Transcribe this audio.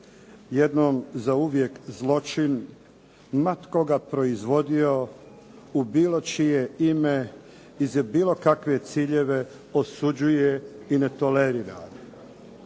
jednom zauvijek zločin, ma tko ga proizvodio, u bilo čije ime, i za bilo kakve ciljeve osuđuje i ne tolerira.